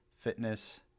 fitness